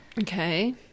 Okay